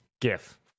GIF